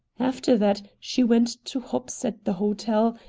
after that she went to hops at the hotel,